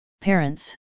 parents